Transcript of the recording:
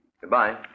Goodbye